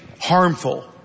harmful